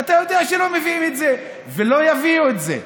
ואתה יודע שלא מביאים את זה ולא יביאו את זה.